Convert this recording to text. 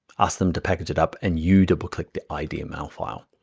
ask them to package it up and you double click the idml file.